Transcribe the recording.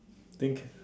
think